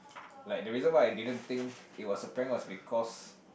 like the reason why I didn't think it was a prank was because